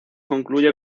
concluye